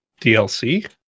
dlc